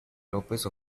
lópez